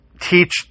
teach